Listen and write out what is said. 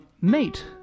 mate